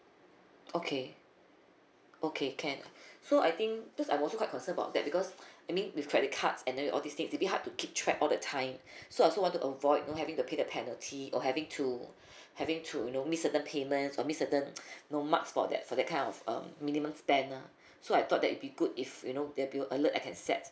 okay okay can so I think because I also quite concern about that because I mean with credit cards and then with all these thing maybe hard to keep track all the time so I also want to avoid you know having to pay the penalty or having to having to you know miss certain payment or miss certain know marks for that for that kind of um minimum spend ah so I thought that'll be good if you know there'll be a alert that I can set